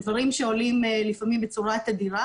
אלה דברים שעולים לפעמים בצורה תדירה